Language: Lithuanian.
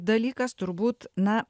dalykas turbūt na